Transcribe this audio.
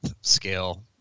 scale